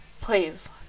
please